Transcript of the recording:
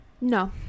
No